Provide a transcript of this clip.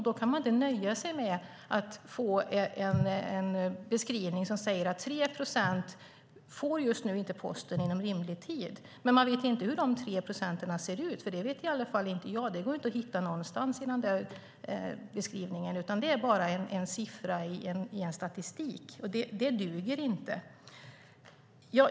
Då kan man inte nöja sig med en beskrivning som säger att 3 procent av kunderna inte får posten levererad inom rimlig tid, men man vet inte hur de 3 procenten ser ut. Det vet i alla fall inte jag. Det går inte att hitta någonstans i beskrivningen. Det är bara en siffra i statistiken. Det duger inte.